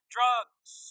Drugs